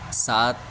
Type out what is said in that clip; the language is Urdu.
سات